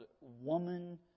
woman